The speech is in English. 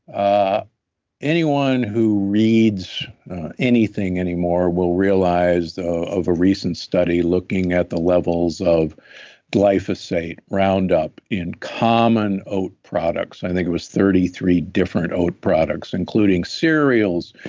ah anyone who reads anything anymore will realize, of a recent study looking at the levels of glyphosate roundup in common oat products, i think it was thirty three different oat products, including cereals,